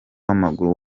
w’amaguru